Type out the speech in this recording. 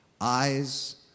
Eyes